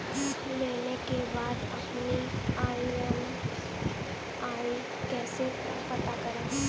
ऋण लेने के बाद अपनी ई.एम.आई कैसे पता करें?